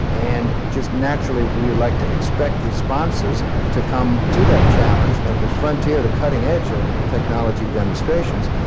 and just naturally we would like to expect responses to come to that challenge of the frontier, the cutting edge of technology demonstrations,